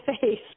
face